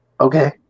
Okay